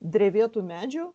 drevėtų medžių